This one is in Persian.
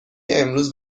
امروز